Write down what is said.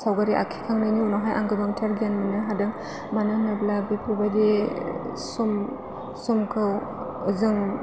सावगारि आखिखांनायनि उनावहाय आं गोबांथार गियान मोननो हादों मानो होनोब्ला बेफोरबायदि सम समखौ जों